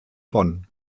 bonn